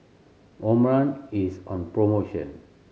Omron is on promotion